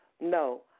no